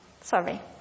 Sorry